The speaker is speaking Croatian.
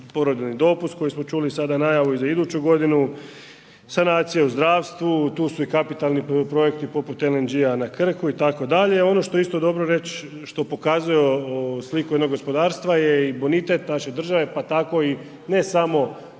porodiljni dopust koji smo čuli sada najavu za iduću godinu, sanacija u zdravstvu, tu su i kapitalni projekti poput LNG na Krku, itd. Ono što je isto dobro reći, što pokazuje sliku jednog gospodarstva je bonitet naše države, pa tako i ne samo